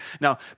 Now